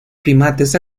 primates